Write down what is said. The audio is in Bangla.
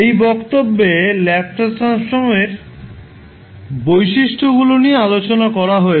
এই বক্তব্যে ল্যাপ্লাস ট্রান্সফর্মের বৈশিষ্ট্যগুলি নিয়ে আলোচনা করা হয়েছে